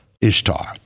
Ishtar